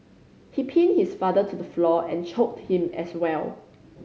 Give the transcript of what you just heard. he pinned his father to the floor and choked him as well